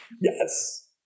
yes